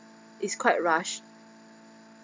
it's quite rush